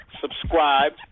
subscribe